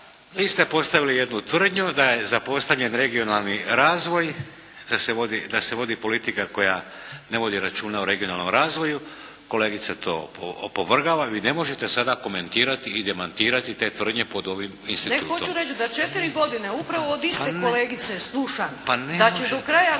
Vi ste postavili jednu tvrdnju da je zapostavljen regionalni razvoj, da se vodi politika koja ne vodi računa o regionalnom razvoju, kolegica to opovrgava. Vi ne možete sada komentirati i demantirati te tvrdnje pod ovim institutom. **Lalić, Ljubica (HSS)** Ne, hoću reći da četiri godine upravo od iste kolegice slušam da će do kraja